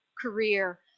career